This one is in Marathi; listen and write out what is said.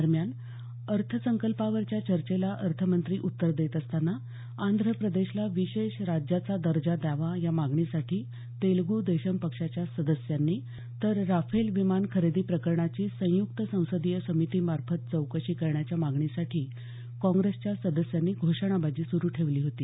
दरम्यान अर्थसंकल्पावरच्या चर्चेला अर्थमंत्री उत्तर देत असताना आंध्र प्रदेशला विशेष राज्याचा दर्जा द्यावा या मागणीसाठी तेलग् देसम पक्षाच्या सदस्यांनी तर राफेल विमान खरेदी प्रकरणाची संयुक्त संसदीय समिती मार्फत चौकशीसाठी काँग्रेसच्या सदस्यांनी घोषणाबाजी सुरु ठेवली होती